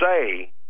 say